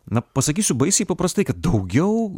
na pasakysiu baisiai paprastai kad daugiau